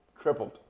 tripled